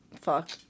fuck